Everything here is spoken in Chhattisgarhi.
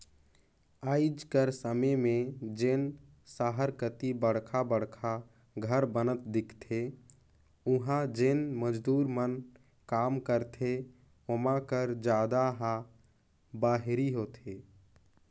आएज कर समे में जेन सहर कती बड़खा बड़खा घर बनत दिखथें उहां जेन मजदूर मन काम करथे ओमा कर जादा ह बाहिरी होथे